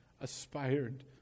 aspired